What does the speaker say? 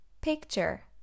Picture